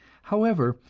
however,